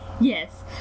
Yes